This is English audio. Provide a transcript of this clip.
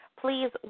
please